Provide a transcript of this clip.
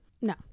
No